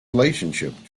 relationship